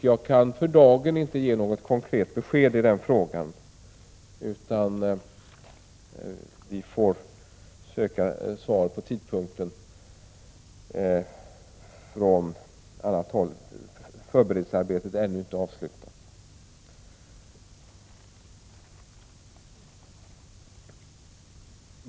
Jag kan för dagen inte ge något konkret svar på den frågan, eftersom förberedelsearbetet ännu inte är avslutat.